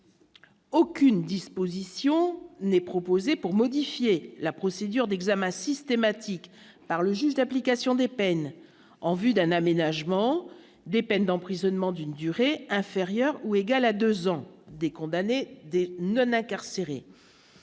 aucune disposition n'est proposée pour modifier la procédure d'examen systématique par le juge d'application des peines en vue d'un aménagement des peines d'emprisonnement, d'une durée inférieure ou égale à 2 ans des condamnés dès Nona car